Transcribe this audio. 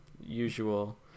Usual